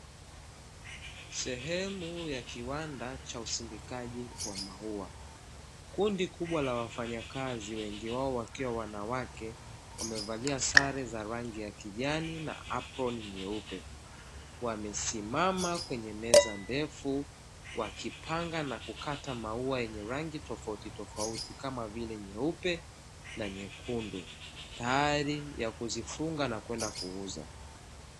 Sehemu ya kiwanda cha usindikaji wa maua, kundi kubwa la wafanyakazi wengi wao wakiwa wanawake wamevalia sare za rangi ya kijani na aproni nyeupe, wamesimama kwenye meza ndefu wakipanga na kukata maua yenye rangi tofautitofauti kama vile; nyeupe na nyekundu tayari kuzifunga na kwenda kuuza.